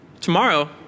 Tomorrow